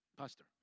Pastor